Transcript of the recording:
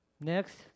Next